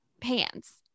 pants